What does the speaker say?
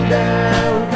down